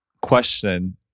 question